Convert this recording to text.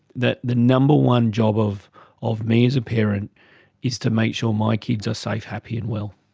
that the number one job of of me as a parent is to make sure my kids are safe, happy and well.